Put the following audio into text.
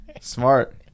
Smart